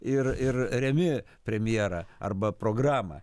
ir ir remi premjerą arba programą